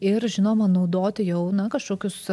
ir žinoma naudoti jau na kažkokius